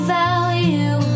value